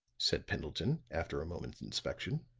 said pendleton, after a moment's inspection.